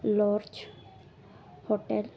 lodge hotel